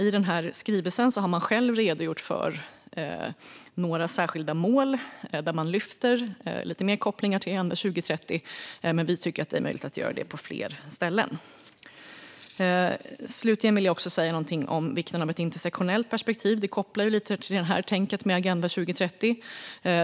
I skrivelsen har man redogjort för några särskilda mål där man lyfter fram lite mer kopplingar till Agenda 2030, men vi tycker att det är möjligt att göra det på fler ställen. Slutligen vill jag säga något om vikten av ett intersektionellt perspektiv. Det kopplar lite till tänket med Agenda 2030.